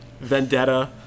Vendetta